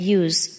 use